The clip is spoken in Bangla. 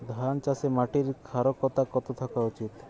ধান চাষে মাটির ক্ষারকতা কত থাকা উচিৎ?